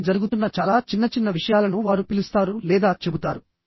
వారికి జరుగుతున్న చాలా చిన్నచిన్న విషయాలను వారు పిలుస్తారు లేదా చెబుతారు